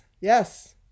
Yes